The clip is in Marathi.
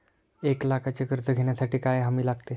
एक लाखाचे कर्ज घेण्यासाठी काय हमी लागते?